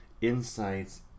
insights